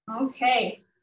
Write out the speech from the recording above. Okay